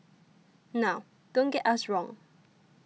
now don't get us wrong